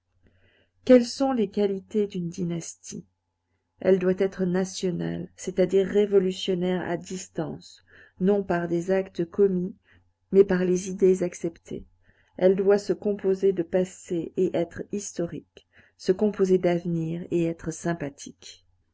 quelles sont les qualités d'une dynastie elle doit être nationale c'est-à-dire révolutionnaire à distance non par des actes commis mais par les idées acceptées elle doit se composer de passé et être historique se composer d'avenir et être sympathique